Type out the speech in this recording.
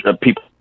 people